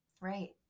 Right